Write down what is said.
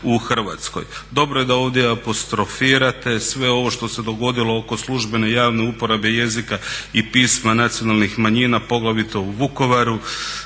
Dobro je da ovdje apostrofirate sve ovo što se dogodilo oko službene javne uporabe jezika i pisma nacionalnih manjina, poglavito u Vukovaru,